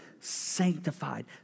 sanctified